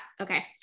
okay